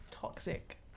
Toxic